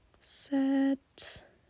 Set